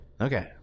okay